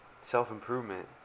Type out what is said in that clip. self-improvement